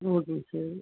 ஓகேங்க சார்